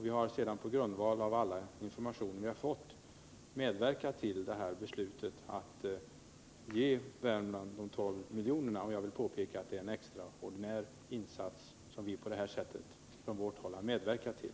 Vi har sedan på grundval av alla informationer vi fått medverkat till det här förslaget att ge Värmland de 12 miljonerna. Jag vill påpeka att det är en extraordinär insats som vi på det sättet från vårt håll har medverkat till.